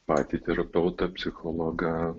patį terapeutą psichologą